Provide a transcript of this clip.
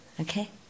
okay